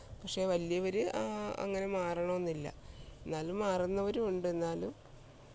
പക്ഷേ വലിയവർ അങ്ങനെ മാറണമെന്നില്ല എന്നാലും മാറുന്നവരുമുണ്ട് എന്നാലും